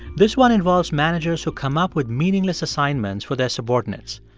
this one involves managers who come up with meaningless assignments for their subordinates.